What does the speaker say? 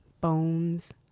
bones